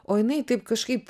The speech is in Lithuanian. o jinai taip kažkaip